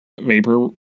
vapor